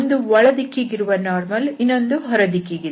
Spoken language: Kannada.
ಒಂದು ಒಳ ದಿಕ್ಕಿಗಿರುವ ಲಂಬ ಇನ್ನೊಂದು ಹೊರ ದಿಕ್ಕಿಗಿದೆ